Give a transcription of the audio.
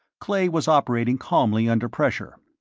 clay was operating calmly under pressure.